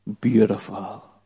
beautiful